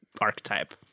archetype